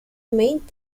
remained